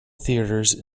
theatres